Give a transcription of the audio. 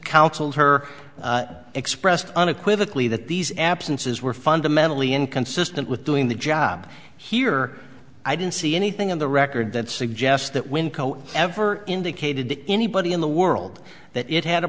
counseled her expressed unequivocally that these absences were fundamentally inconsistent with doing the job here i didn't see anything in the record that suggests that winco ever indicated that anybody in the world that it had a